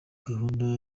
gahunda